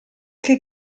che